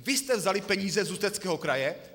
Vy jste vzali peníze z Ústeckého kraje.